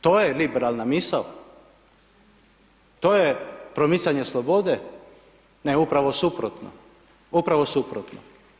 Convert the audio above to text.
To je liberalna misao, to je promicanje slobode, ne upravo suprotno, upravo suprotno.